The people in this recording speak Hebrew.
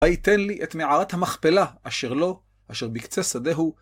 ויתן לי את מערת המכפלה, אשר לו, אשר בקצה שדהו.